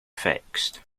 fixed